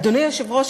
אדוני היושב-ראש,